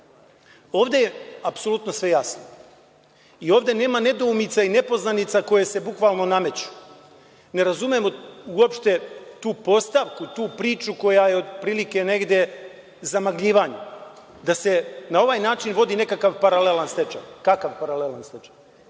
ovde je apsolutno sve jasno i ovde nema nedoumica i nepoznanica koje se bukvalno nameću. Ne razumem uopšte tu postavku, tu priču koja je negde zamagljivanje, da se na ovaj način vodi nekakav paralelan stečaj. Kakav paralelan stečaj?